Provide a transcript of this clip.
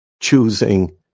choosing